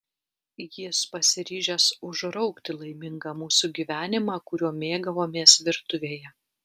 jis pasiryžęs užraukti laimingą mūsų gyvenimą kuriuo mėgavomės virtuvėje